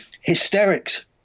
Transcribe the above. hysterics